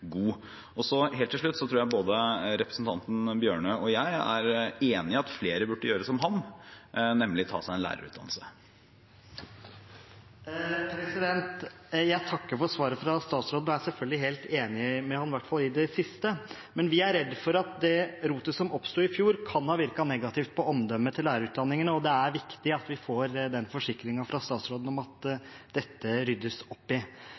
Helt til slutt: Jeg tror både representanten Tynning Bjørnø og jeg er enig i at flere burde gjøre som han, nemlig ta en lærerutdannelse. Jeg takker for svaret fra statsråden og er selvfølgelig helt enig med ham, i hvert fall i det siste. Men vi er redd for at det rotet som oppsto i fjor, kan ha virket negativt på omdømmet til lærerutdanningen, og det er viktig at vi får forsikring fra statsråden om at dette ryddes opp i.